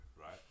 right